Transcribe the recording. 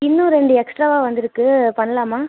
இன்னும் ரெண்டு எக்ஸ்ட்ராவாக வந்துருக்கு பண்ணலாமா